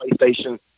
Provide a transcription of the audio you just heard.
PlayStation